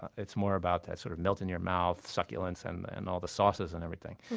it's more about that sort of melts-in-your-mouth succulence and and all the sauces and everything.